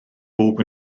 bob